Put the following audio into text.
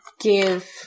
give